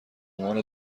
عنوان